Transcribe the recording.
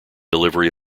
delivery